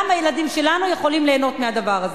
גם הילדים שלנו יכולים ליהנות מהדבר הזה.